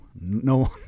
No